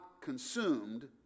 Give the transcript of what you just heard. consumed